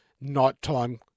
nighttime